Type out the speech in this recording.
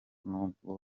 nubwo